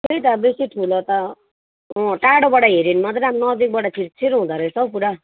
त्यही त बेसी ठुलो त अँ टाढोबाट हेऱ्यो भने मात्रै राम्रो नजिकबाट छिरछिर हुँदोरहेछौँ पुरा